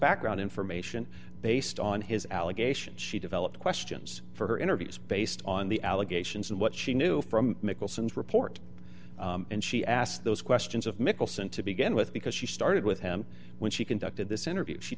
background information based on his allegations she developed questions for her interviews based on the allegations and what she knew from mickelson's report and she asked those questions of mickelson to begin with because she started with him when she conducted this interview she